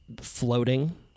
floating